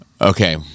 Okay